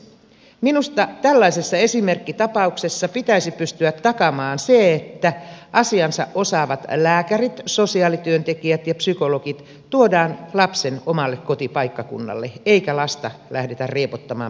minusta tällaisessa esimerkkitapauksessa pitäisi pystyä takaamaan se että asiansa osaavat lääkärit sosiaalityöntekijät ja psykologit tuodaan lapsen omalle kotipaikkakunnalle eikä lasta lähdetä riepottamaan minnekään muualle